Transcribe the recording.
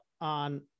on